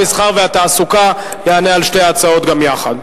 המסחר והתעסוקה על שתי ההצעות גם יחד.